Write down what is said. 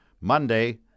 Monday